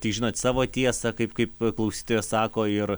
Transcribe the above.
tik žinot savo tiesą kaip kaip klausytojas sako ir